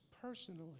personally